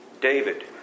David